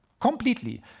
completely